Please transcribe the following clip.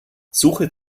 suche